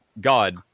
god